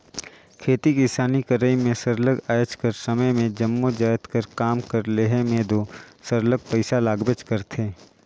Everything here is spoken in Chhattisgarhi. खेती किसानी करई में सरलग आएज कर समे में जम्मो जाएत कर काम कर लेहे में दो सरलग पइसा लागबेच करथे